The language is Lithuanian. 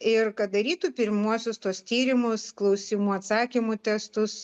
ir kad darytų pirmuosius tuos tyrimus klausimų atsakymų testus